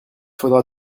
faudra